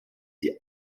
die